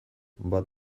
bat